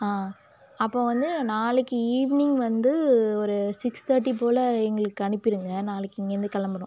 அப்போ வந்து நாளைக்கு ஈவினிங் வந்து ஒரு சிக்ஸ் தேர்ட்டி போல எங்களுக்கு அனுப்பிடுங்க நாளைக்கு இங்கேயிருந்து கிளம்பணும்